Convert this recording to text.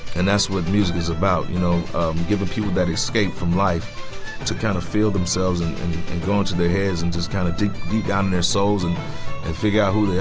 and that's what music is about you know giving people that escape from life to kind of feel themselves and go into their heads and just kind of dig deep down in their souls and and figure out who yeah